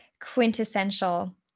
quintessential